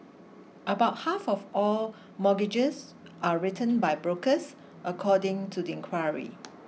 about half of all mortgages are written by brokers according to the inquiry